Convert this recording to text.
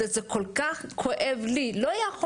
לא יכול להיות זה כל כך כואב לי --- לא יכול